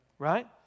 Right